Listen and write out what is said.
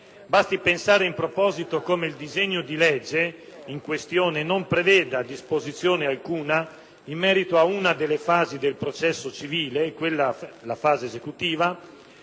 Basti pensare, in proposito, come il disegno di legge in questione non preveda disposizione alcuna in merito ad una delle fasi del processo civile, quale la fase esecutiva,